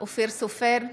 אופיר סופר,